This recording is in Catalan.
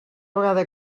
vegada